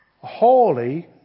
Holy